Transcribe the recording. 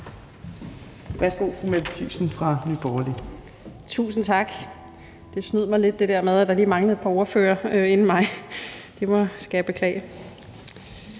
(Ordfører) Mette Thiesen (NB): Tusind tak. Det snød mig lidt, at der lige manglede et par ordførere inden mig. Det skal jeg beklage.